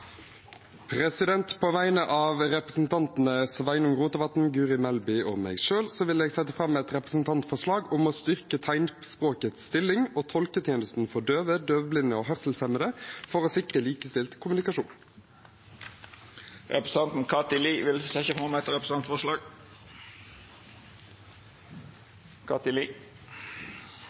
På vegne av representantene Sveinung Rotevatn, Guri Melby og meg selv vil jeg framsette et representantforslag om å styrke tegnspråkets stilling og tolketjenesten for døve, døvblinde og hørselshemmede for å sikre likestilt kommunikasjon. Representanten Kathy Lie setja fram eit representantforslag.